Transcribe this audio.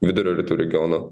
vidurio rytų regiono